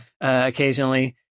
Occasionally